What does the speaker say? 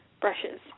brushes